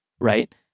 right